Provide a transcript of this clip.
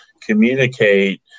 communicate